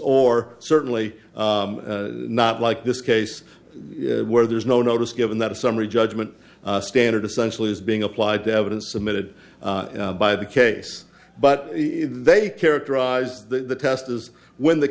or certainly not like this case where there's no notice given that a summary judgment standard essentially is being applied to evidence submitted by the case but they characterize the test as when the